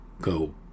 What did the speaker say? go